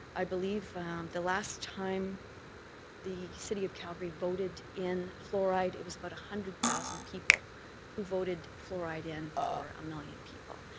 i believe the last time the city of calgary voted in fluoride, it was about a hundred thousand people who voted fluoride in for a million people.